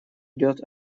идет